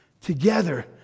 together